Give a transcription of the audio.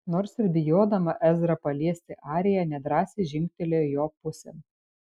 nors ir bijodama ezrą paliesti arija nedrąsiai žingtelėjo jo pusėn